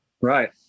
Right